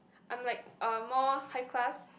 I'm like uh more high class